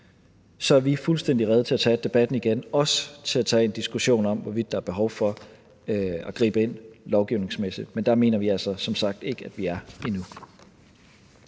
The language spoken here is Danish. er vi fuldstændig rede til at tage debatten igen, også til at tage en diskussion om, hvorvidt der er behov for at gribe ind lovgivningsmæssigt, men der mener vi altså som sagt ikke at vi er endnu.